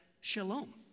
shalom